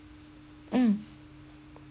mm